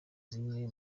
zimwe